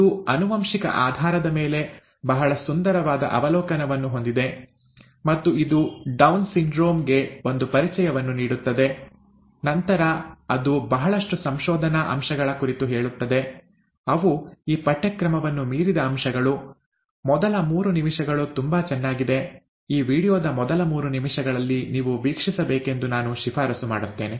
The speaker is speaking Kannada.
ಇದು ಆನುವಂಶಿಕ ಆಧಾರದ ಮೇಲೆ ಬಹಳ ಸುಂದರವಾದ ಅವಲೋಕನವನ್ನು ಹೊಂದಿದೆ ಮತ್ತು ಇದು ಡೌನ್ ಸಿಂಡ್ರೋಮ್ ಗೆ ಒಂದು ಪರಿಚಯವನ್ನು ನೀಡುತ್ತದೆ ನಂತರ ಅದು ಬಹಳಷ್ಟು ಸಂಶೋಧನಾ ಅಂಶಗಳ ಕುರಿತು ಹೇಳುತ್ತದೆ ಅವು ಈ ಪಠ್ಯಕ್ರಮವನ್ನು ಮೀರಿದ ಅಂಶಗಳು ಮೊದಲ ಮೂರು ನಿಮಿಷಗಳು ತುಂಬಾ ಚೆನ್ನಾಗಿದೆ ಈ ವೀಡಿಯೊದ ಮೊದಲ ಮೂರು ನಿಮಿಷಗಳಲ್ಲಿ ನೀವು ವೀಕ್ಷಿಸಬೇಕೆಂದು ನಾನು ಶಿಫಾರಸು ಮಾಡುತ್ತೇವೆ